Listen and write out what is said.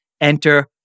enter